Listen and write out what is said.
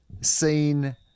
seen